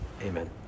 amen